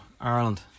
Ireland